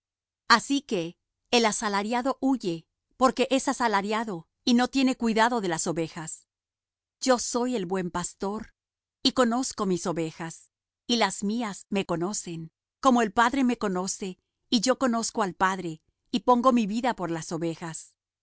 así que el asalariado huye porque es asalariado y no tiene cuidado de las ovejas yo soy el buen pastor y conozco mis ovejas y las mías me conocen como el padre me conoce y yo conozco al padre y pongo mi vida por las ovejas